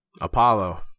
Apollo